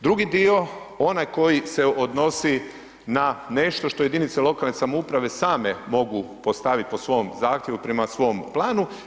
Drugi dio, onaj koji se odnosi na nešto što jedinice lokalne samouprave same mogu postaviti po svom zahtjevu, prema svom planu.